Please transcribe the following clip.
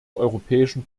europäischen